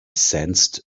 sensed